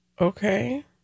okay